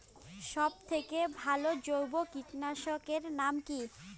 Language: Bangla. সব থেকে ভালো জৈব কীটনাশক এর নাম কি?